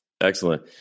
Excellent